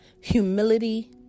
humility